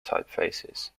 typefaces